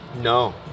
No